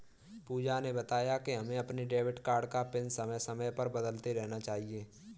पूजा ने बताया कि हमें अपने डेबिट कार्ड का पिन समय समय पर बदलते रहना चाहिए